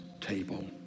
table